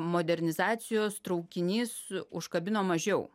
modernizacijos traukinys užkabino mažiau